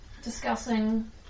Discussing